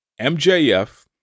MJF